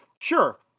sure